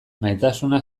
maitasuna